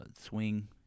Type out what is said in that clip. swing